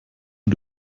und